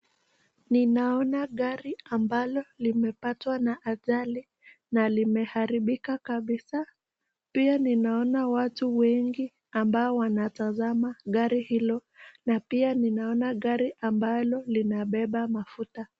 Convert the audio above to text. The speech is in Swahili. Ninaona gari ambalo limepatwa na ajali na limeharibika kabisa. Pia ninaona watu wengi ambao wanatazama gari hilo na pia ninaona gari ambalo linabeba mafuta.